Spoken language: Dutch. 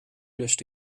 lust